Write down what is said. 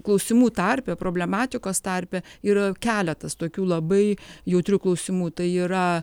klausimų tarpe problematikos tarpe yra keletas tokių labai jautrių klausimų tai yra